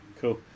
cool